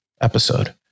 episode